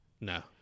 No